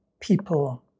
people